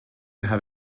have